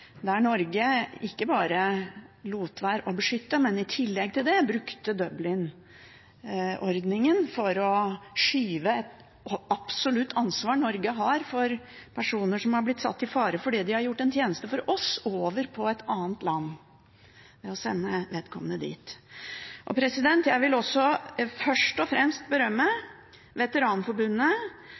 der Norge ikke bare lot være å beskytte, men i tillegg brukte Dublin-forordningen for å skyve det absolutte ansvar Norge har for personer som er blitt satt i fare fordi de har gjort tjeneste for oss, over på et annet land ved å sende vedkommende dit. Jeg vil først og fremst berømme Veteranforbundet